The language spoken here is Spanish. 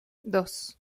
dos